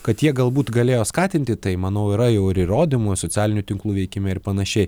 kad jie galbūt galėjo skatinti tai manau yra jau ir įrodymų socialinių tinklų veikime ir panašiai